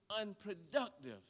unproductive